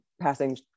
passing